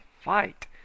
fight